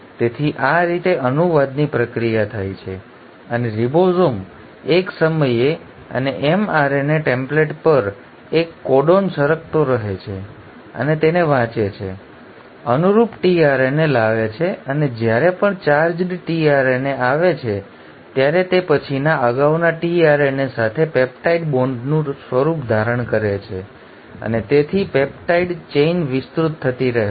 તેથી આ રીતે અનુવાદની પ્રક્રિયા થાય છે અને રિબોસોમ એક સમયે અને mRNA ટેમ્પલેટ પર એક કોડોન સરકતો રહે છે અને તેને વાંચે છે અનુરૂપ tRNA લાવે છે અને જ્યારે પણ ચાર્જ્ડ tRNA આવે છે ત્યારે તે પછીના અગાઉના tRNA સાથે પેપ્ટાઇડ બોન્ડનું સ્વરૂપ ધારણ કરે છે અને તેથી પોલિપેપ્ટાઇડ ચેઇન વિસ્તૃત થતી રહે છે